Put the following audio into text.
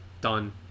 done